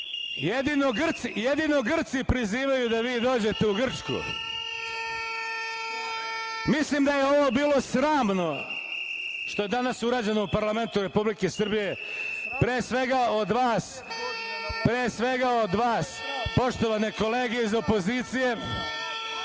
jedino Grci prizivaju da vi dođete u Grčku. Mislim da je ovo bilo sramno što je danas urađeno u parlamentu Republike Srbije, pre svega od vas, poštovane kolege iz opozicije. Pustite